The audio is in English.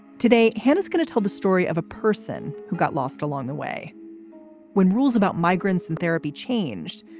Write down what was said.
today, head is going to tell the story of a person who got lost along the way when rules about migrants and therapy changed.